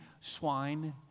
swine